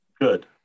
Good